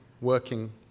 working